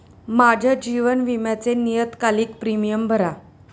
माझ्या जीवन विम्याचे नियतकालिक प्रीमियम भरा